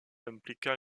impliquant